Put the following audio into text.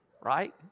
right